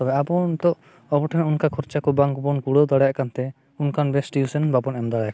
ᱛᱚᱵᱮ ᱟᱵᱚ ᱦᱚᱸ ᱱᱤᱛᱚᱜ ᱟᱵᱚ ᱴᱷᱮᱱ ᱚᱱᱠᱟ ᱠᱷᱚᱨᱪᱟ ᱠᱚ ᱵᱟᱝᱵᱚᱱ ᱠᱩᱲᱟᱹᱣ ᱫᱟᱲᱮᱭᱟᱜ ᱠᱟᱱᱛᱮ ᱚᱱᱠᱟ ᱵᱮᱥ ᱵᱟᱵᱚᱱ ᱮᱢ ᱫᱟᱲᱮᱭ ᱟᱠᱚ ᱠᱟᱱᱟ